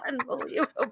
Unbelievable